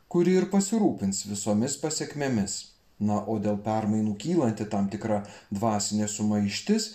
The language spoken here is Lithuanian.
kuri ir pasirūpins visomis pasekmėmis na o dėl permainų kylanti tam tikra dvasinė sumaištis